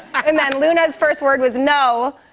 and then luna's first word was no.